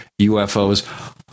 UFOs